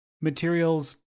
materials